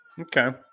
Okay